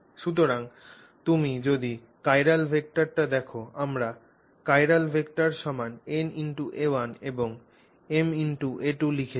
সুতরাং এখন তুমি যদি চিরাল ভেক্টরটা দেখ আমরা চিরাল ভেক্টর সমান na1 এবং ma2 লিখেছি